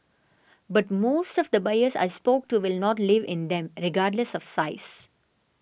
but most of the buyers I spoke to will not live in them regardless of size